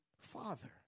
father